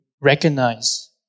recognize